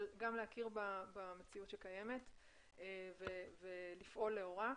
אבל גם להכיר במציאות שקיימת ולפעול לאורה.